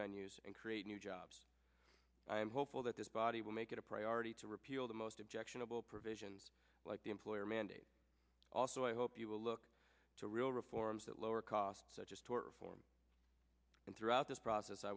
venues and create new jobs i am hopeful that this body will make it a priority to repeal the most objectionable provisions like the employer mandate also i hope you will look to real reforms that lower costs such as tort reform and throughout this process i